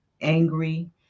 angry